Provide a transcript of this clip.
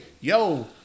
yo